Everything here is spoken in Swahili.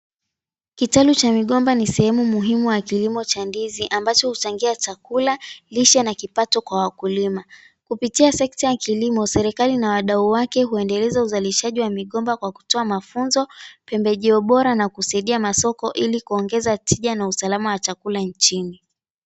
Kitalu cha migomba ni sehemu muhimu wa kilimo cha ndizi ambacho huchangia chakula, lishe na kipato kwa wakulima. Kupitia sekta ya kilimo serikali na wadau wake huendeleza uzalishaji wa migomba kwa kutoa mafunzo, pembejeo bora na kusaidia masoko ili kuongeza tija na usalama wa chakula nchini.